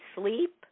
sleep